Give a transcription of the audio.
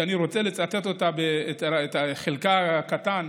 שאני רוצה לצטט את חלקה הקטן: